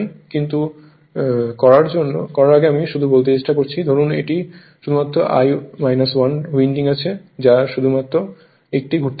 কিছু করার আগে আমি শুধু বলার চেষ্টা করছি ধরুন এটি শুধুমাত্র 1 1 উইন্ডিং আছে যার শুধুমাত্র 1 টি ঘুরতে পারে